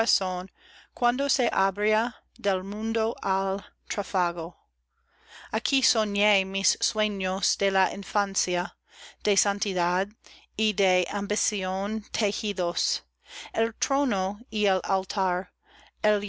corazón cuando se abría del mundo al tráfago aquí soñé mis sueños de la infancia de santidad y de ambición tejidos el trono